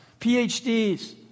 PhDs